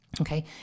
Okay